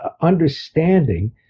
understanding